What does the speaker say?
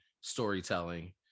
storytelling